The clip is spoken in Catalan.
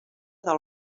del